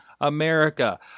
America